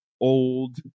old